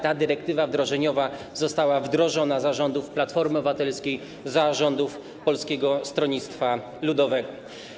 Ta dyrektywa wdrożeniowa została wdrożona za rządów Platformy Obywatelskiej i Polskiego Stronnictwa Ludowego.